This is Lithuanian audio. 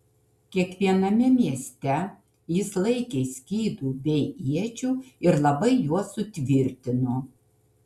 kiekviename mieste jis laikė skydų bei iečių ir labai juos sutvirtino